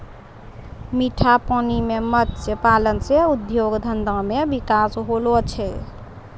मीठा पानी मे मत्स्य पालन से उद्योग धंधा मे बिकास होलो छै